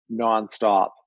nonstop